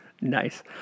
Nice